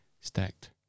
stacked